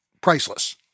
priceless